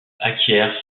acquiert